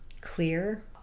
clear